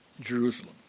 Jerusalem